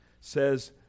says